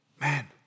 Man